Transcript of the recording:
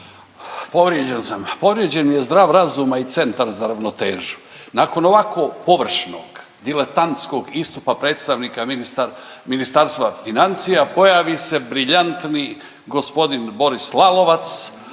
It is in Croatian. Povrijeđen sam. Povrijeđen je zdrav razum, a i centar za ravnotežu. Nakon ovako površnog, diletantskog istupa predstavnika Ministarstva financija, pojavi se briljantan g. Boris Lalovac